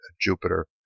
Jupiter